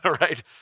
right